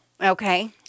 Okay